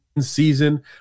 season